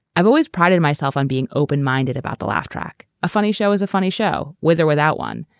i've always prided myself on being open-minded about the laugh track. a funny show is a funny show with or without one,